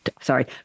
Sorry